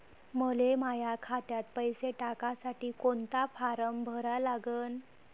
मले माह्या खात्यात पैसे टाकासाठी कोंता फारम भरा लागन?